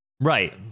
right